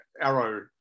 Arrow